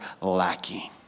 lacking